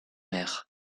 mers